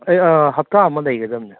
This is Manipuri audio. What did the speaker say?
ꯑꯩ ꯍꯞꯇꯥ ꯑꯃ ꯂꯩꯒꯗꯕꯅꯤ